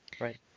Right